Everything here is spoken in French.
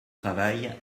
travail